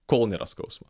kol nėra skausmo